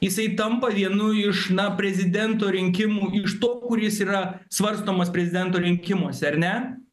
jisai tampa vienu iš na prezidento rinkimų iš to kuris yra svarstomas prezidento rinkimuose ar ne